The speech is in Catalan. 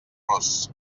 ros